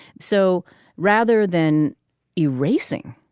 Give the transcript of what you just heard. so rather than erasing